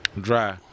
Dry